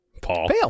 Paul